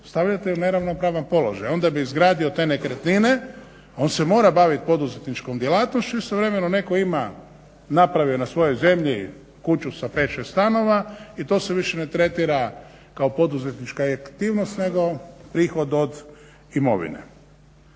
stavljate u neravnopravan položaj. On da bi izgradio te nekretnine, on se mora baviti poduzetničkom djelatnošću. Istovremeno netko ima, napravio je na svojoj zemlji kuću sa pet, šest stanova i to se više ne tretira kao poduzetnička aktivnost nego prihod od imovine.